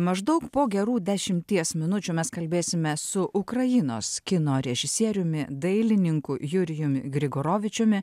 maždaug po gerų dešimties minučių mes kalbėsime su ukrainos kino režisieriumi dailininku jurijumi grigaravičiumi